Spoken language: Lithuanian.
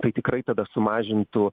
tai tikrai tada sumažintų